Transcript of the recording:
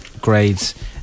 grades